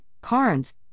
Carnes